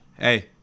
hey